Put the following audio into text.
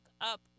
up